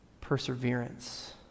perseverance